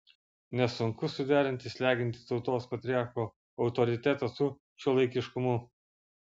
nes sunku suderinti slegiantį tautos patriarcho autoritetą su šiuolaikiškumu